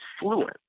fluent